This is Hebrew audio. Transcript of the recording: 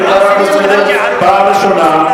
אני קורא אותך לסדר פעם ראשונה.